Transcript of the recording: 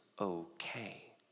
okay